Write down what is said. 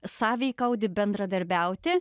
sąveikauti bendradarbiauti